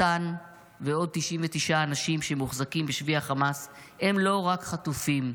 מתן ועוד 99 אנשים שמוחזקים בשבי החמאס הם לא רק חטופים,